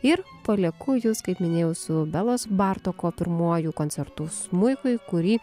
ir palieku jus kaip minėjau su belos bartoko pirmuoju koncertu smuikui kurį